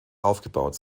aufgebaut